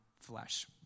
flesh